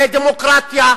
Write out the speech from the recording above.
זה דמוקרטיה.